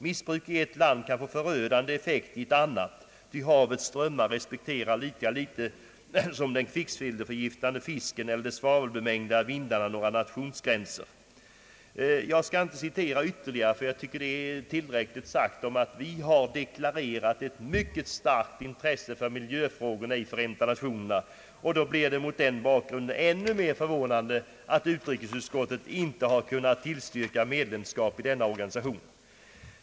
Missbruk i ett land kan få förödande effekt i ett annat, ty havets strömmar respekterar lika litet som den kvicksilverförgiftade fisken eller de svavelbemängda vindarna några nationsgränser.» Jag skall inte citera ytterligare, ty jag tycker att det sagda tillräckligt visar att Sverige i Förenta nationerna har deklarerat ett mycket starkt intresse för miljöfrågorna. Mot den bakgrunden blir det ännu mer förvånande att utrikesutskottet inte har kunnat tillstyrka medlemskap i denna organisation.